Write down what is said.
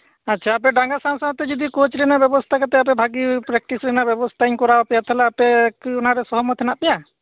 ᱟᱯᱮ ᱰᱟᱸᱜᱟ ᱥᱟᱶ ᱥᱟᱶᱛᱮ ᱡᱚᱫᱤ ᱠᱳᱪ ᱨᱮᱱᱟᱜ ᱵᱮᱵᱚᱥᱛᱟ ᱠᱟᱛᱮᱜ ᱵᱷᱟᱜᱤ ᱯᱮᱠᱴᱤᱥ ᱨᱮᱱᱟᱜ ᱵᱮᱵᱚᱥᱛᱟᱧ ᱠᱚᱨᱟᱣ ᱟᱯᱮᱭᱟ ᱛᱟᱦᱚᱞᱮ ᱟᱯᱮ ᱠᱤ ᱚᱱᱟᱨᱮ ᱥᱚᱦᱚᱢᱚᱛ ᱦᱮᱱᱟᱜ ᱯᱮᱭᱟ